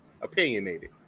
opinionated